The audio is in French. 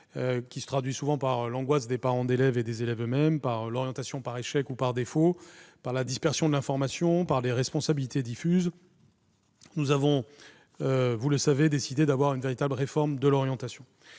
qui se traduit souvent par l'angoisse des parents et des élèves eux-mêmes, par l'orientation par l'échec ou par défaut, par la dispersion de l'information et par des responsabilités diffuses, nous avons décidé de mettre en oeuvre une véritable réforme de l'orientation.